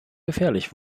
gefährlich